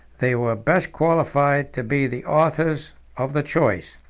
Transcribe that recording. they were best qualified to be the authors of the choice.